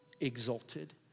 exalted